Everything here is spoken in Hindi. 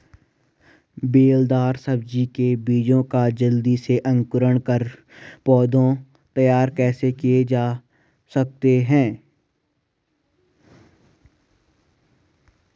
बेलदार सब्जी के बीजों का जल्दी से अंकुरण कर पौधा तैयार कैसे किया जा सकता है?